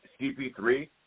CP3